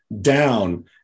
down